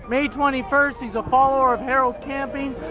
may twenty first. he's a follower of harold camping.